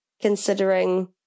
considering